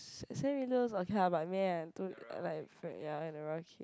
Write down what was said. S~ Sam-Willows okay lah but man to are like ya